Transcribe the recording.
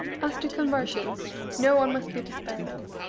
as to conversions no one must be despaired of.